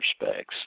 respects